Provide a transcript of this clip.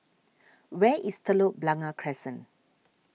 where is Telok Blangah Crescent